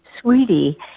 Sweetie